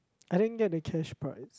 I didn't get the cash prize